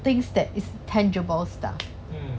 things that is tangible stuff